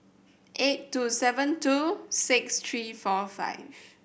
eight two seven two six three four five